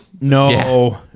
no